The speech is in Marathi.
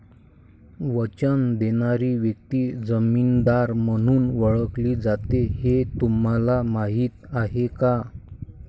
वचन देणारी व्यक्ती जामीनदार म्हणून ओळखली जाते हे तुम्हाला माहीत आहे का?